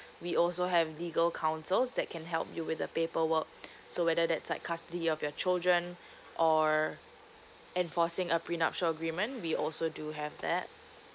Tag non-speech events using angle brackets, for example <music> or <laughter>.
we also have legal counsels that can help you with the paper work so whether that's like custody of your children <breath> or enforcing a prenuptial agreement we also do have that